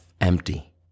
empty